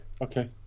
okay